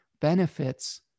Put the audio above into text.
benefits